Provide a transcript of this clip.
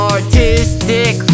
Artistic